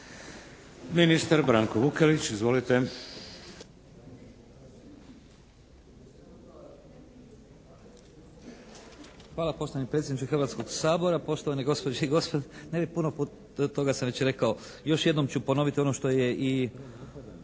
Branko (HDZ)** Hvala poštovani predsjedniče Hrvatskog sabora, poštovane gospođe i gospodo. Ne bih puno, puno toga sam već rekao. Još jednom ću ponoviti ono što je i